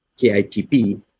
KITP